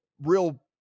real